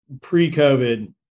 pre-covid